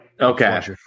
Okay